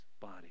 body